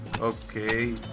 Okay